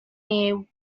near